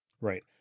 Right